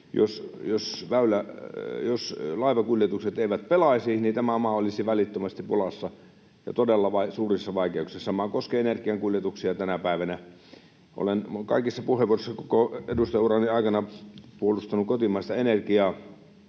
jos laivakuljetukset eivät pelaisi, niin tämä maa olisi välittömästi pulassa ja todella suurissa vaikeuksissa. Sama koskee energiankuljetuksia tänä päivänä. Olen kaikissa puheenvuoroissa koko edustajaurani aikana puolustanut kotimaista energiaa.